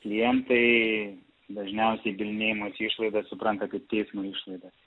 klientai dažniausiai bylinėjimosi išlaidas supranta kaip teismo išlaidas